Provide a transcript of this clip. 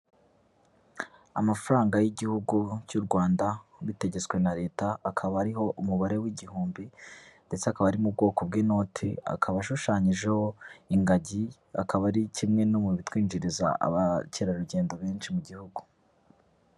Amafaranga y'igihugu cy'u Rwanda ubitegetswe na Leta akaba ariho umubare w'igihumbi, ndetse akaba ari mu bwoko bw'inoti, akaba ashushanyijeho ingagi, akaba ari kimwe no mu bitwinjiriza abakerarugendo benshi mu gihugu.